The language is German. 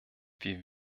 wir